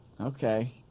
Okay